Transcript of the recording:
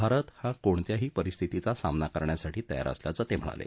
भारत हा कोणत्याही परिस्थितीचा सामना करण्यासाठी तयार असल्याचं ते म्हणाले